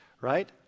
right